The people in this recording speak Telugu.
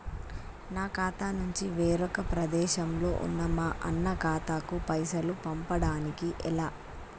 నా ఖాతా నుంచి వేరొక ప్రదేశంలో ఉన్న మా అన్న ఖాతాకు పైసలు పంపడానికి ఎలా?